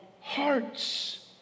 hearts